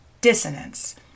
dissonance